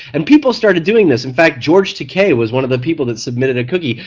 and people started doing this. in fact george takei was one of the people that submitted a cookie,